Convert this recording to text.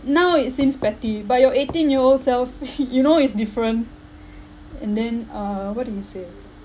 now it seems petty but your eighteen year old self you know it's different and then uh what did he say